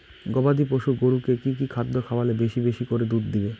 গবাদি পশু গরুকে কী কী খাদ্য খাওয়ালে বেশী বেশী করে দুধ দিবে?